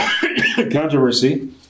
controversy